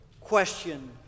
question